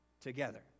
together